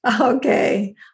Okay